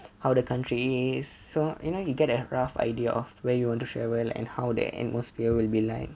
how the country so you know you get a rough idea of where you want to travel and how the atmosphere will be like